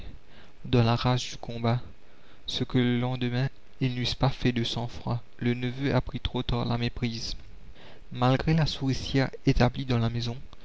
dans la rage du combat ce que le lendemain ils n'eussent pas fait de sang-froid le neveu apprit trop tard la méprise malgré la souricière établie dans la maison